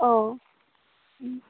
औ ओम